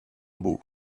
beau